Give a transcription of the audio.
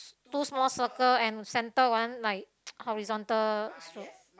two small circle and centre one like horizontal slope